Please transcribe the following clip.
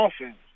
offense